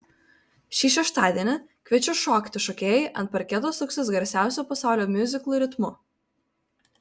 šį šeštadienį kviečiu šokti šokėjai ant parketo suksis garsiausių pasaulio miuziklų ritmu